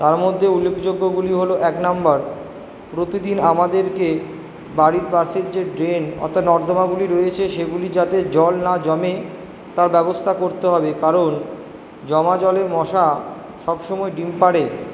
তার মধ্যে উল্লেখযোগ্যগুলি হলো এক নাম্বার প্রতিদিন আমাদেরকে বাড়ির পাশের যে ড্রেন অর্থাৎ নর্দমাগুলি রয়েছে সেগুলি যাতে জল না জমে তার ব্যবস্থা করতে হবে কারণ জমা জলে মশা সবসময় ডিম পাড়ে